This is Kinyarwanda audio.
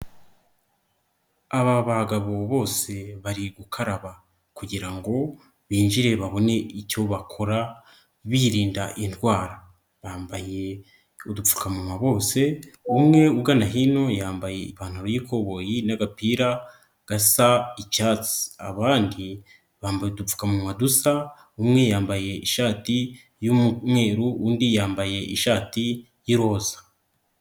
Bba bagabo bose bari gukaraba, kugira ngo binjire babone icyo bakora birinda indwara. Bambaye udupfukamunwa bose, umwe ugana hino yambaye ipantaro y'ikoboyi n'agapira gasa icyatsi. Abandi bambaye udupfukamunwa dusa, umwe yambaye ishati y'umweru, undi yambaye ishati y'iroza.